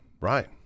Right